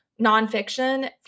nonfiction